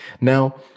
Now